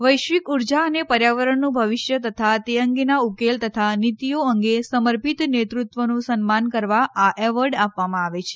વૈશ્વિક ઉર્જા અને પર્યાવરણનું ભવિષ્ય તથા તે અંગેનાં ઉકેલ તથા નીતીઓ અંગે સમર્પિત નેતૃત્વનું સન્માન કરવા આ એવોર્ડ આપવામાં આવે છે